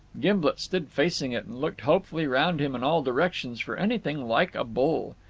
gimblet stood facing it, and looked hopefully round him in all directions for anything like a bull.